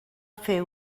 fer